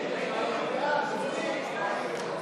ההצעה להעביר את הצעת חוק לתיקון פקודת